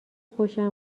خوشم